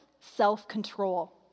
self-control